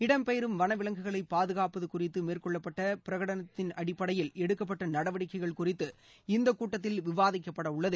இடம் பெயரும் வன விலங்குகளை பாதுகாப்பது குறித்து மேற்கொள்ளப்பட்ட பிரகடனத்தின் அடிப்படையில் எடுக்கப்பட்ட நடவடிக்கைகள் குறித்து இந்த கூட்டத்தில் விவாதிக்கப்படவுள்ளது